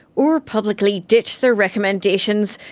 or publicly ditch their recommendations,